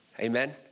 Amen